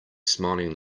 smiling